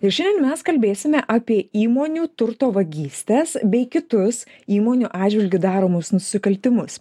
ir šiandien mes kalbėsime apie įmonių turto vagystes bei kitus įmonių atžvilgiu daromus nusikaltimus